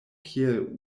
kiel